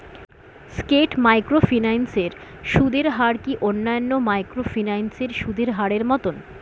স্কেট microfinance এর সুদের হার কি অন্যান্য মাইক্রোফিন্যান্স এর সুদের হারের মতন?